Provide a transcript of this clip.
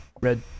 red